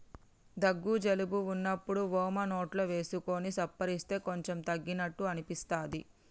దగ్గు జలుబు వున్నప్పుడు వోమ నోట్లో వేసుకొని సప్పరిస్తే కొంచెం తగ్గినట్టు అనిపిస్తది